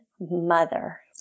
mother